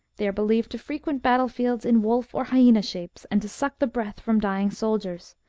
they are believed to frequent battlefields in wolf or hyabna shapes, and to suck the breath from dying soldiers,